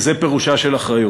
כי זה פירושה של אחריות.